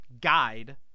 GUIDE